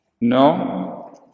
No